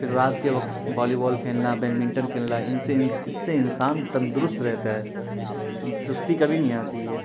پھر رات کے وقت والی بال کھیلنا بیڈمنٹن کھیلنا ان سے اس سے انسان تندرست رہتا ہے سستی کبھی نہیں آتی ہے